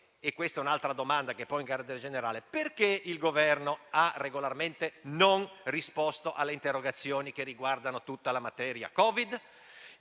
la ragione. Un'altra domanda di carattere generale: perché il Governo ha regolarmente non risposto alle interrogazioni che riguardano tutta la materia Covid,